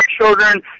children